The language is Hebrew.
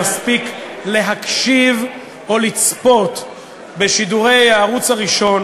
מספיק להקשיב או לצפות בשידורי הערוץ הראשון